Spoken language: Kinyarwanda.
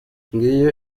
ngiyo